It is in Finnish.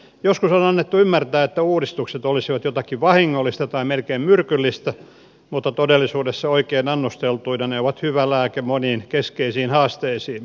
joskus on annettu ymmärtää että uudistukset olisivat jotakin vahingollista tai melkein myrkyllistä mutta todellisuudessa oikein annosteltuina ne ovat hyvä lääke moniin keskeisiin haasteisiimme